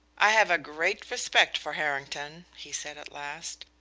i have a great respect for harrington, he said at last.